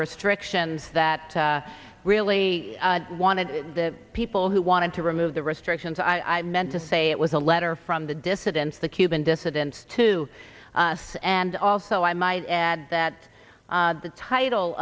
restrictions that really wanted the people who wanted to remove the restrictions i meant to say it was a letter from the dissidents the cuban dissidents to us and also i might add that the title